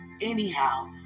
anyhow